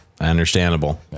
understandable